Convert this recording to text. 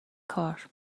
کار